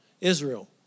Israel